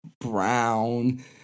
Brown